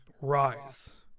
rise